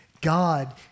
God